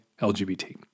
LGBT